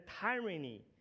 tyranny